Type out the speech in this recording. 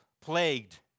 plagued